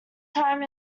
time